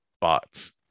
bots